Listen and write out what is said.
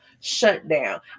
shutdown